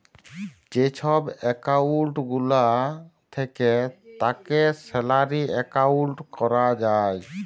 যে ছব একাউল্ট গুলা থ্যাকে তাকে স্যালারি একাউল্ট ক্যরা যায়